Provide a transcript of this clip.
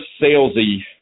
salesy